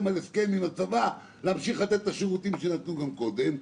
על הסכם עם הצבא להמשיך לתת את השירותים שנתנו גם קודם,